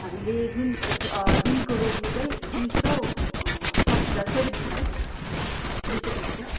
हामीले दुन दिनको रोजी चाहिँ दुई सौ पचहत्तर सेभेन्टी फाइभ दुई सौ पचहत्तर